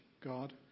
God